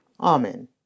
Amen